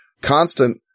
constant